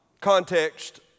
Context